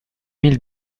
mille